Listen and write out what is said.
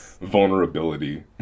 vulnerability